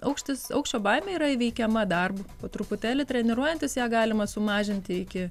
aukštis aukščio baimė yra įveikiama darbu po truputėlį treniruojantis ją galima sumažinti iki